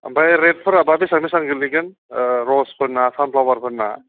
ओमफ्राय रेटफोराबा बेसेबां बेसेबां गोग्लैगोन रजफोरना सानफ्लावारफोरना